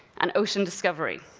and ocean discovery,